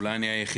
אולי אני היחידי.